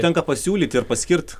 tenka pasiūlyt ir paskirt